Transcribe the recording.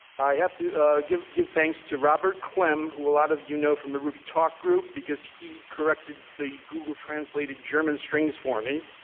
i have to give give thanks to robert clem, who a lot of you know from the ruby talk group, because he corrected the google-translated german strings for me,